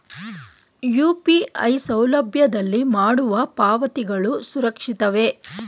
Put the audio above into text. UPI ಸೌಲಭ್ಯದಲ್ಲಿ ಮಾಡುವ ಪಾವತಿಗಳು ಸುರಕ್ಷಿತವೇ?